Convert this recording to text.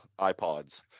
ipods